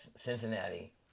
Cincinnati